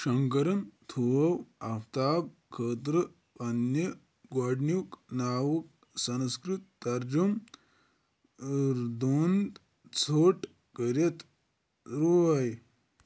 شنکرن تھوو آفتاب خٲطرٕ پنٛنہِ گۄڈنیُک ناوُک سنسکرت ترجمہٕ دۄن ژھوٚٹ کٔرِتھ رُوَے